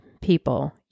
people